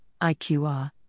IQR